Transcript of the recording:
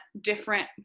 different